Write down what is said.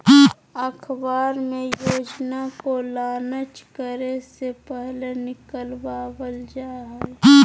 अखबार मे योजना को लान्च करे से पहले निकलवावल जा हय